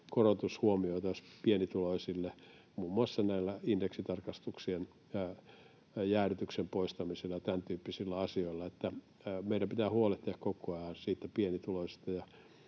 korotus huomioitaisiin pienituloisille muun muassa indeksitarkastuksien jäädytyksen poistamisella, tämäntyyppisillä asioilla. Meidän pitää huolehtia koko ajan siitä pienituloisesta